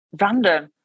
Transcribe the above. Random